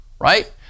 right